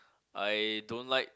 I don't like